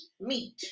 meat